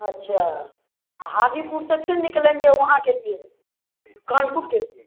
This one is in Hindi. अच्छा हाजीपुर से फिर निकलेंगे वहाँ के लिए कानपुर के लिए